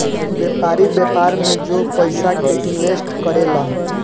व्यापारी, व्यापार में जो पयिसा के इनवेस्ट करे लन